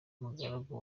mugaragu